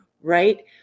Right